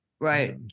Right